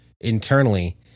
Internally